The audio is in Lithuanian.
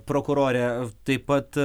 prokurore taip pat